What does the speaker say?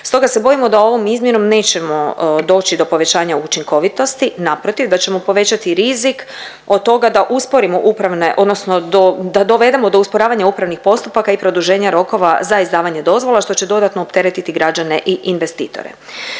Stoga se bojimo da ovom izmjenom nećemo doći do povećanja učinkovitosti, naprotiv da ćemo povećati rizik od toga da usporimo upravne odnosno da dovedemo do usporavanja upravnih postupaka i produženja rokova za izdavanje dozvola što će dodatno opteretiti građane i investitore.